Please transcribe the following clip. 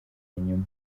inyuma